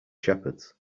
shepherds